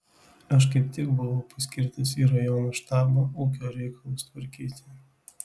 aš kaip tik buvau paskirtas į rajono štabą ūkio reikalus tvarkyti